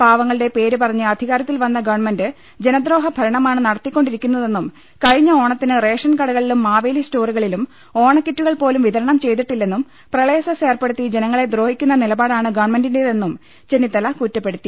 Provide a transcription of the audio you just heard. പാവങ്ങളുടെ പേര് പറഞ്ഞ് അധി കാരത്തിൽ വന്ന ഗവൺമെന്റ് ജനദ്രോഹൃഭരണമാണ് നടത്തിക്കൊണ്ടിരിക്കുന്നതെന്നും കഴിഞ്ഞ ഓണത്തിന് റേഷൻ കടകളിലും മാവേലി സ്റ്റോറുകളിലും ഓണക്കി റ്റുകൾപോലും വിതരണം ചെയ്തിട്ടില്ലെന്നും പ്രളയ സെസ് ഏർപ്പെടുത്തി ജനങ്ങളെ ദ്രോഹിക്കുന്ന നിലപാ ടാണ് ഗവൺമെന്റിന്റേതെന്നും ചെന്നിത്തല കുറ്റപ്പെടു ത്തി